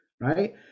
right